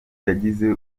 yagize